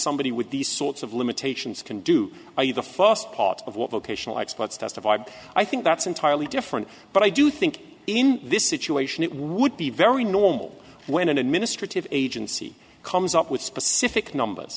somebody with these sorts of limitations can do for you the first part of what vocational experts testified i think that's entirely different but i do think in this situation it would be very normal when an administrative agency comes up with specific numbers